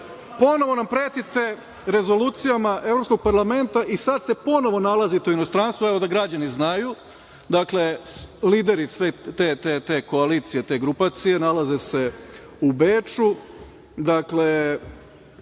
Vranja. Ponovo nam pretite rezolucijama Evropskog parlamenta i sad se ponovo nalazite u inostranstvu, evo da građani znaju, dakle lideri te koalicije, te grupacije, nalaze se u Beču,